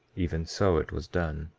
even so it was done.